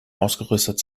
ausgerüstet